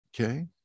okay